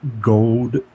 gold